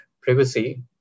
privacy